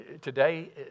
today